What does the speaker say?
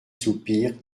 soupir